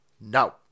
No